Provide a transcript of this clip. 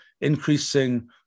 increasing